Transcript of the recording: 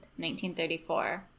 1934